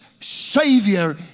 Savior